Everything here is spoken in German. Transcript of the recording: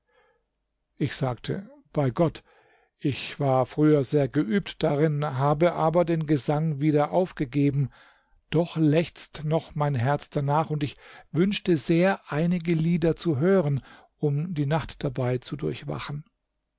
ich sagte bei gott ich war früher sehr geübt darin habe aber den gesang wieder aufgegeben doch lechzt noch mein herz danach und ich wünschte sehr einige lieder zu hören um die nacht dabei zu durchwachen